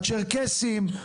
הצ'רקסיים,